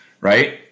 right